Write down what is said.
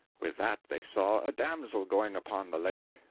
with that they saw a damsel going upon the lake.